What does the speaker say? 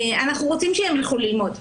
אנחנו רוצים שהם ילכו ללמוד.